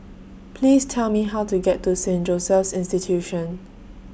Please Tell Me How to get to Saint Joseph's Institution